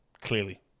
clearly